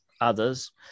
others